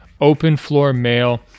openfloormail